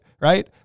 Right